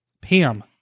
Pam